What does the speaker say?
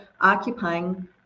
occupying